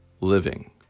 living